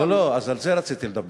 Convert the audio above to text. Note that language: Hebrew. לא, לא, אז על זה רציתי לדבר.